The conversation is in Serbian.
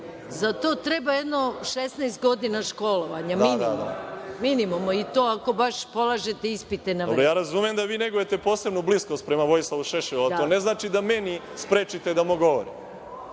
Za to treba jedno 16 godina školovanja minimum i to ako baš polažete ispite na vreme. **Boško Obradović** Razumem da vi negujete posebnu bliskost prema Vojislavu Šešelju, ali to ne znači da mene sprečite da govorim.